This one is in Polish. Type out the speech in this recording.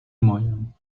moją